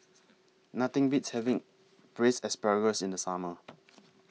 Nothing Beats having Braised Asparagus in The Summer